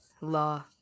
Law